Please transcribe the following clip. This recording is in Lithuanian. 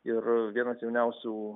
ir vienas jauniausių